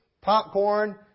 popcorn